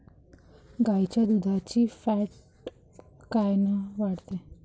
गाईच्या दुधाची फॅट कायन वाढन?